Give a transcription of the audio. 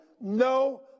no